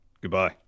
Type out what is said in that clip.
Goodbye